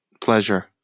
Pleasure